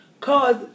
Cause